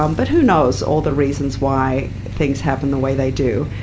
um but who knows all the reasons why things happen the way they do?